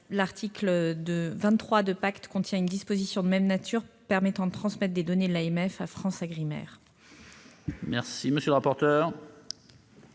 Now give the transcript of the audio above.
article 23 contient une disposition de même nature permettant de transmettre des données de l'AMF à FranceAgriMer.